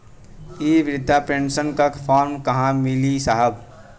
इ बृधा पेनसन का फर्म कहाँ मिली साहब?